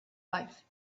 life